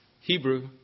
Hebrew